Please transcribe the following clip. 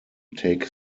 take